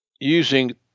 using